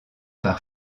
par